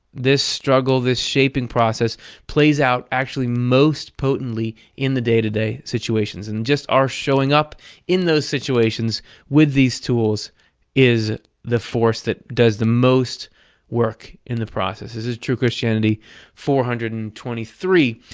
this struggle, this shaping process plays out actually most potently in the day-to-day situations. and just our showing up in those situations with these tools is the force that does the most work in the process. this is true christianity four hundred and twenty-three.